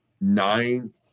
nine